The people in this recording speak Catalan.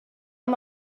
amb